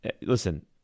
Listen